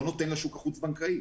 לא נותן לשוק החוץ בנקאי.